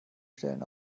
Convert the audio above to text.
stellen